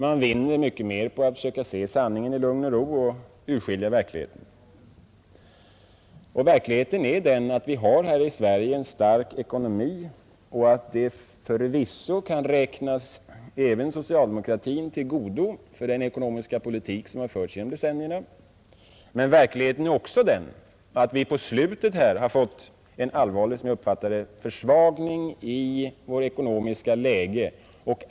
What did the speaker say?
Man vinner mycket mer på att försöka se sanningen i lugn och ro och försöka urskilja verkligheten. Verkligheten är att Sverige har en stark ekonomi. Detta kan förvisso även räknas socialdemokratin till godo för den ekonomiska politik som förts genom decennierna. Men verkligheten är också att vi på slutet fått en, som jag uppfattar det, allvarlig försvagning i vårt ekonomiska läge.